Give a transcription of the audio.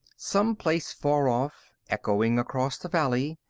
some place far off, echoing across the valley,